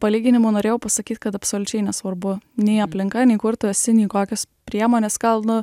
palyginimu norėjau pasakyt kad absoliučiai nesvarbu nei aplinka nei kur tu esi nei kokios priemonės gal nu